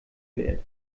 wert